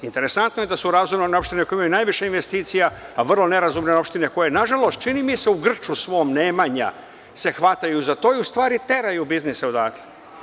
Interesantno je da su razumne one opštine koje imaju najviše investicija, a vrlo nerazumne opštine koje nažalost, čini mi se, u grču svog nemanja se hvataju, to je u stvari teraju biznise odatle.